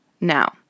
Now